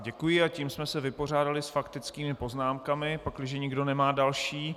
Děkuji a tím jsme se vypořádali s faktickými poznámkami, pakliže nikdo nemá další.